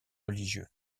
religieux